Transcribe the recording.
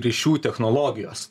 ryšių technologijos